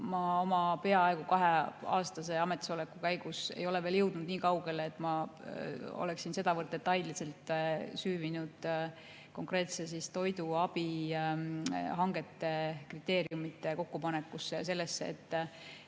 ma oma peaaegu kaheaastase ametisoleku käigus ei ole veel jõudnud niikaugele, et ma oleksin sedavõrd detailselt süüvinud konkreetse toiduabi hangete kriteeriumide kokkupanekusse. Need